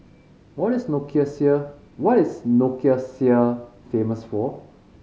what is Nicosia what is Nicosia famous for